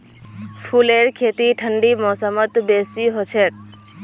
फूलेर खेती ठंडी मौसमत बेसी हछेक